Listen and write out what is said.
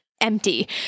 empty